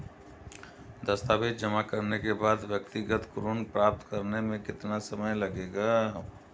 दस्तावेज़ जमा करने के बाद व्यक्तिगत ऋण प्राप्त करने में कितना समय लगेगा?